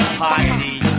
party